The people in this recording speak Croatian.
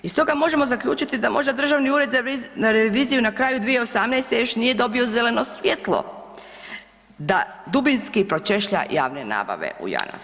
Iz toga možemo zaključiti da možda Državni ured za reviziju na kraju 2018. još nije dobio zeleno svjetlo da dubinski pročešlja javne nabave u Janafu.